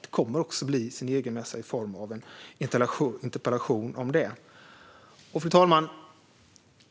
Det kommer också att bli en egen mässa i form av en interpellation om det. Fru talman!